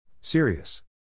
Serious